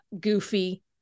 goofy